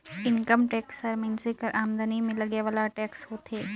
income tax हर मइनसे कर आमदनी में लगे वाला टेक्स होथे